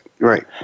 Right